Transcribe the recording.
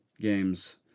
games